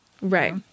Right